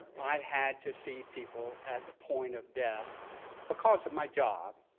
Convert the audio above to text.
i had to see people at the point of death because of my job,